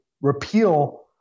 repeal